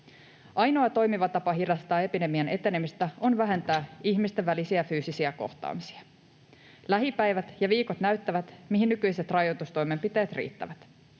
Ainoa toimiva tapa hidastaa epidemian etenemistä on vähentää ihmisten välisiä fyysisiä kohtaamisia. Lähipäivät ja ‑viikot näyttävät, mihin nykyiset rajoitustoimenpiteet riittävät.